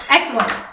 Excellent